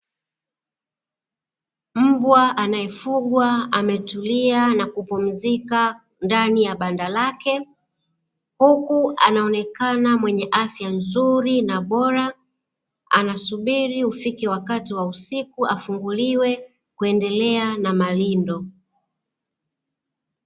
Mbwa anaefugwa ametulia na kupunzika ndani ya banda lake, huku anaonekana mwenye afya nzuri na bora anasubiri anasubiri ufike wakati wa usiku ufike aendele na malindo.